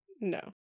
no